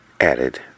added